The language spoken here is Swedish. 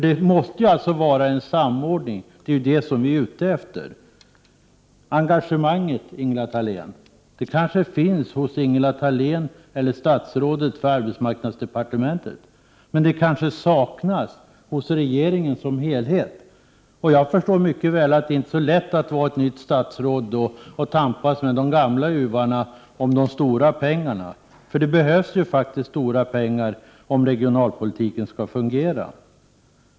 Det måste vara en samordning, det är det vi är ute efter. Engagemanget kanske finns hos statsrådet Ingela Thalén på arbetsmarknadsdepartementet, men det kanske saknas hos regeringen som helhet. Jag förstår mycket väl att det inte är så lätt att vara ny som statsråd och tampas med de gamla uvarna om de stora pengarna. Det behövs ju faktiskt stora pengar om regionalpolitiken skall fungera.